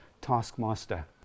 taskmaster